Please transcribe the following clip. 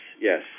yes